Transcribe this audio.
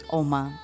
oma